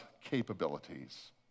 capabilities